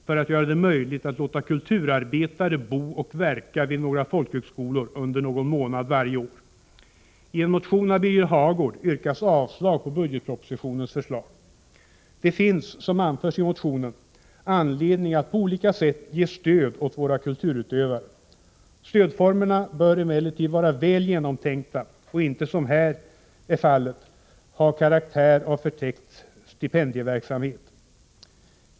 för att göra det möjligt att låta kulturarbetare bo och verka vid några folkhögskolor under någon månad varje år. I en motion av Birger Hagård yrkas avslag på budgetpropositionens förslag. Det finns, som anförs i motionen, anledning att på olika sätt ge stöd åt våra kulturutövare. Stödformerna bör emellertid vara väl genomtänkta och inte, som här är fallet, ha karaktär av förtäckt stipendieverksamhet.